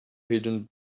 hidden